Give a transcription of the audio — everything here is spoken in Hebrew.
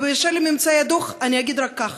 ואשר לממצאי הדוח, אני אגיד רק כך: